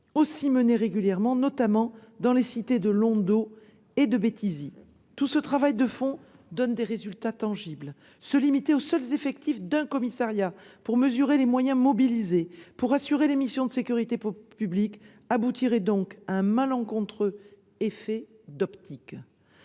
aussi menées régulièrement, notamment dans les cités du Londeau et de Béthisy. Tout ce travail de fond donne des résultats tangibles. Se limiter aux seuls effectifs d'un commissariat pour mesurer les moyens mobilisés pour assurer les missions de sécurité publique aboutirait donc à un malencontreux effet d'optique.